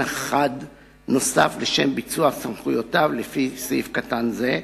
אחר נוסף לביצוע סמכויותיו לפי סעיף קטן זה,